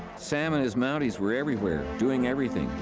sam and his mounties were everywhere, doing everything,